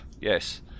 Yes